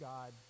God